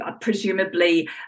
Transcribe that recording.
presumably